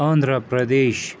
Andhra Pradesh